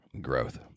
growth